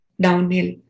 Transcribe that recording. downhill